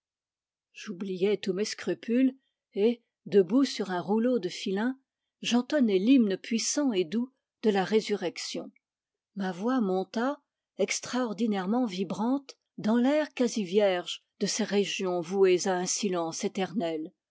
tous mes scrupules et debout sur un rouleau de filin j'entonnai l'hymne puissant et doux de la résurrection ma voix monta extra ordinairement vibrante dans l'air quasi vierge de ces régions vouées à un silence éternel